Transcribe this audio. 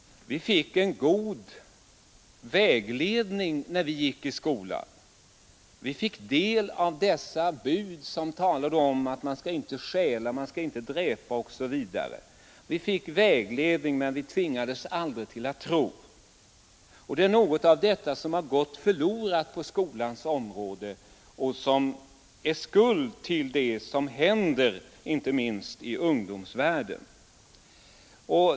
Vi fick en god vägledning när vi gick i skolan. Vi fick del av dessa bud som talade om att man skall inte stjäla, man skall inte dräpa osv. Vi fick vägledning, men vi tvingades aldrig till att tro. Det är något av detta som har gått förlorat på skolans område och som är skuld till det som händer, inte minst i ungdomsvärlden.